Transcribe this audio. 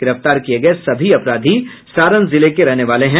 गिरफ्तार किये गये सभी अपराधी सारण जिले के रहने वाले हैं